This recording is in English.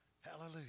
Hallelujah